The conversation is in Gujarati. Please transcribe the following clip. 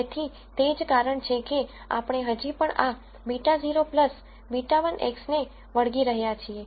તેથી તે જ કારણ છે કે આપણે હજી પણ આ β0 β1 x ને વળગી રહયા છીએ